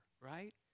Right